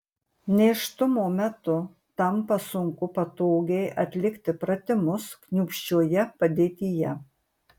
nėštumo metu tampa sunku patogiai atlikti pratimus kniūpsčioje padėtyje